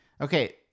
Okay